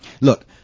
look